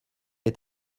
est